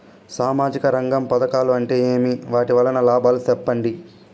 సామాజిక రంగం పథకాలు అంటే ఏమి? వాటి వలన లాభాలు సెప్పండి?